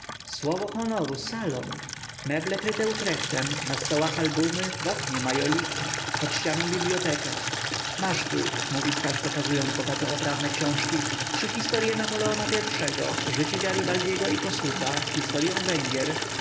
słowo honoru salon meble kryte utrechtem na stołach albumy w oknie majoliki pod ścianą biblioteka masz tu mówi staś pokazując bogato oprawne książki trzy historye napoleona i życie garibaldego i kossutha historyą węgier